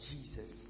Jesus